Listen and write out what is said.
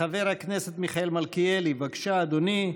חבר הכנסת מיכאל מלכיאלי, בבקשה, אדוני.